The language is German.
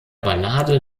ballade